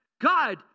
God